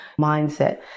mindset